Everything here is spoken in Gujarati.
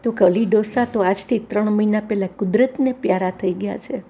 તોકે અલી ડોસા તો આજથી ત્રણ મહિના પહેલા કુદરતને પ્યારા થઈ ગયા છે